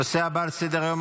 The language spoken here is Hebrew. הנושא הבא על סדר-היום,